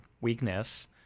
weakness